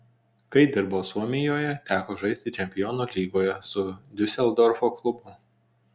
kai dirbau suomijoje teko žaisti čempionų lygoje su diuseldorfo klubu